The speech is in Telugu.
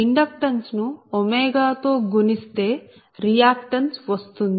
ఇండక్టెన్స్ ను ⍵ తో గుణిస్తే రియాక్టన్స్ వస్తుంది